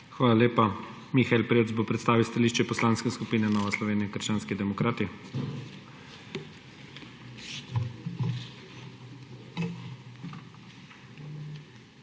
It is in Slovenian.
Hvala lepa. Mihael Prevc bo predstavil stališče Poslanske skupine Nova Slovenija - krščanski demokrati.